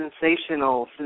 sensational